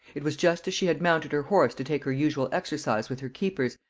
it was just as she had mounted her horse to take her usual exercise with her keepers,